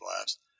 blast